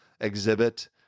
exhibit